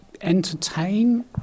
entertain